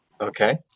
Okay